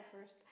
first